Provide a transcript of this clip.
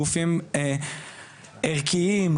גופים ערכיים,